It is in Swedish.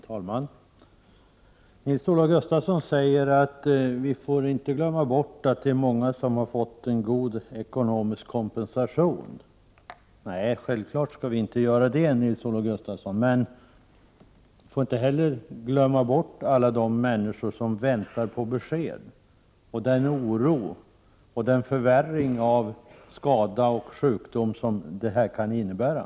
Fru talman! Nils-Olof Gustafsson säger att vi inte får glömma bort att många har fått en god ekonomisk kompensation. Nej, vi skall självfallet inte göra det, Nils-Olof Gustafsson. Vi får emellertid inte heller glömma bort alla de människor som väntar på besked och den oro och den förvärring av skador och sjukdomar som det kan innebära.